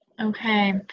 okay